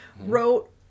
wrote